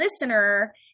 listener